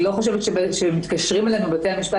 אני לא חושבת שמתקשרים אלינו מבתי המשפט